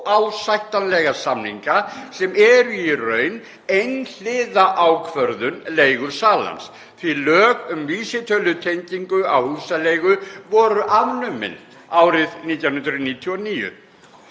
óásættanlega samninga sem eru í raun einhliða ákvörðun leigusalans, því lög um vísitölutengingu á húsaleigu voru afnumin árið 1999,